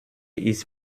ist